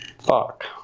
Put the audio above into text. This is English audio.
Fuck